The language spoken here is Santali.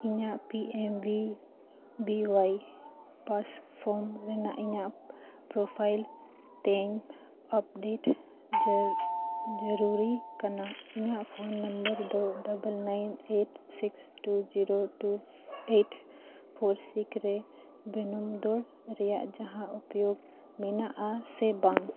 ᱤᱧᱟᱹᱜ ᱨᱮᱱᱟᱜ ᱤᱧᱟᱹᱜ ᱛᱤᱧ ᱡᱩᱨᱩᱨᱤ ᱠᱟᱱᱟ ᱤᱧᱟᱹᱜ ᱫᱚ nine eight six two zero two eight four six ᱨᱮ ᱵᱚᱢᱚᱫᱚᱞ ᱨᱮᱭᱟᱜ ᱡᱟᱦᱟᱱ ᱩᱯᱟᱹᱭ ᱢᱮᱱᱟᱜᱼᱟ ᱥᱮ ᱵᱟᱝ